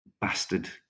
bastard